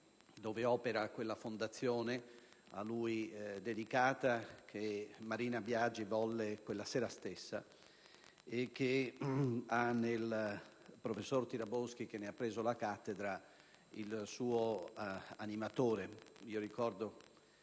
Modena opera la fondazione a lui dedicata, che Marina Biagi volle quella sera stessa e che ha nel professor Tiraboschi, che ne ha preso la cattedra, il suo animatore. Ricordo